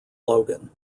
logan